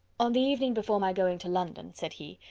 on the evening before my going to london, said he,